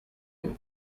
ntuye